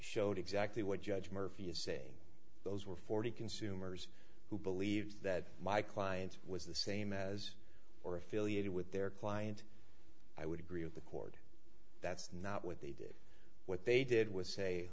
showed exactly what judge murphy is saying those were forty consumers who believe that my client was the same as or affiliated with their client i would agree with the cord that's not what they did what they did was say